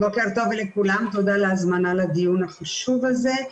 בוקר טוב לכולם, תודה על ההזמנה לדיון החשוב הזה.